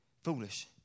foolish